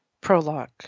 Prologue